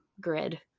grid